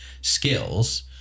skills